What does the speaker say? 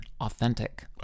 Authentic